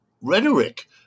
rhetoric